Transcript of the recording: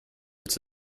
its